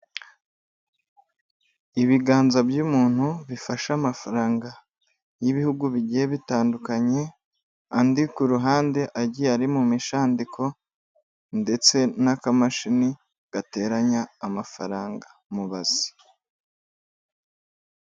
Ibiganza by'umuntu bifashe amafaranga y'ibihugu bigiye bitandukanye, andi ku ruhande agiye ari mu mishandiko ndetse n'akamashini gateranya amafaranga mubazi.